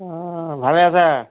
অঁ ভালে আছা